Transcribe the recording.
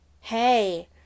hey